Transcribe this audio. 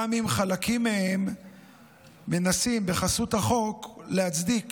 גם אם חלקים מהם מנסים בחסות החוק להצדיק